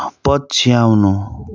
पछ्याउनु